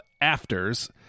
Afters